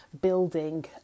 building